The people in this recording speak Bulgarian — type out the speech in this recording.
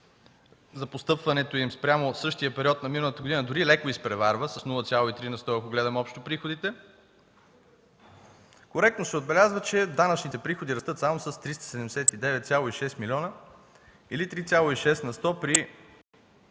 за постъпването им спрямо същия период на миналата година дори леко изпреварва с 0,3 на сто, ако гледаме общо приходите, коректно се отбелязва, че данъчните приходи растат само с 379,6 милиона или 3,6 на сто при